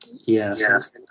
Yes